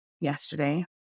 yesterday